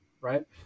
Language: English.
right